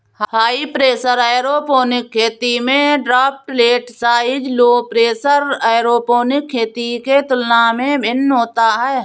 high pressure aeroponic खेती में droplet size low pressure aeroponic खेती के तुलना में भिन्न होता है